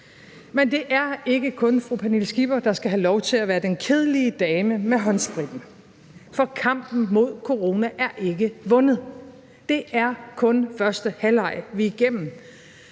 Men det er ikke kun fru Pernille Skipper, der skal have lov til at være den kedelige dame med håndspritten, for kampen mod corona er ikke vundet. Det er kun første halvleg, vi er igennem.